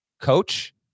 coach